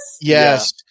Yes